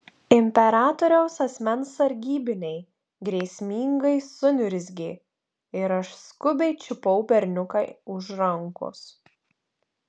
imperatoriaus asmens sargybiniai grėsmingai suniurzgė ir aš skubiai čiupau berniuką už rankos